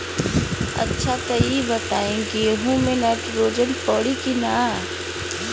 अच्छा त ई बताईं गेहूँ मे नाइट्रोजन पड़ी कि ना?